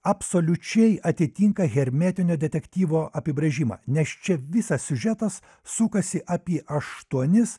absoliučiai atitinka hermetinio detektyvo apibrėžimą nes čia visas siužetas sukasi apie aštuonis